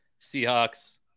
Seahawks